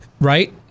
right